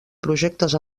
projectes